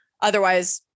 otherwise